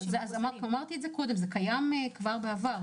אמרתי קודם זה קיים כבר בעבר.